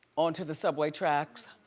onto the subway tracks.